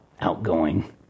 outgoing